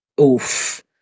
Oof